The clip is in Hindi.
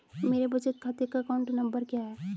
मेरे बचत खाते का अकाउंट नंबर क्या है?